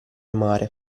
mare